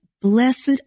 Blessed